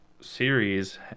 series